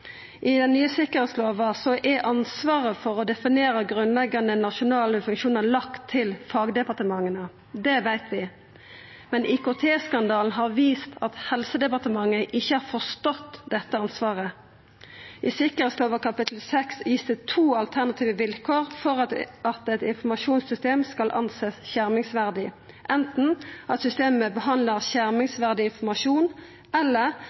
I den nye sikkerheitslova er ansvaret for å definera grunnleggjande nasjonale funksjonar lagt til fagdepartementa. Det veit vi, men IKT-skandalen har vist at Helsedepartementet ikkje har forstått dette ansvaret. I sikkerheitslova kapittel 6 vert det gitt to alternative vilkår for at eit informasjonssystem skal kunna sjåast på som skjermingsverdig: anten at systemet behandlar skjermingsverdig informasjon, eller